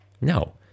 No